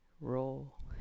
Roll